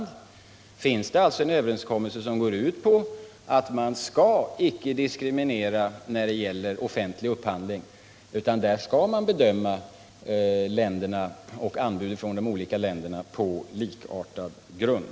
Det finns således en överenskommelse som går ut på att man icke skall diskriminera när det gäller offentlig upphandling, utan där skall man bedöma anbuden från de olika länderna på likartad grund.